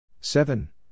seven